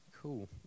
Cool